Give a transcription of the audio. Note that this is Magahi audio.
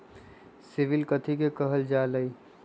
सिबिल कथि के काहल जा लई?